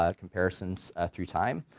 ah comparisons ah through time,